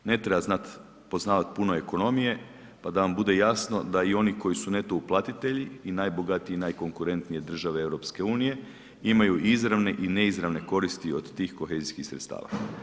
Ne treba poznavati puno ekonomije pa da vam bude jasno da i oni koji su neto uplatitelji i najbogatije i najkonkurentnije države EU imaju izravne i neizravne koristi od tih kohezijskih sredstava.